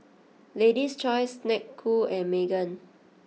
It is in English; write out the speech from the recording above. Lady's Choice Snek Ku and Megan